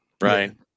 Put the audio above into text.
Right